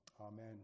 Amen